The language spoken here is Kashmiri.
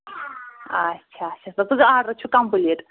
اچھا اچھا آرڈر چھُ کَمپٕلیٖٹ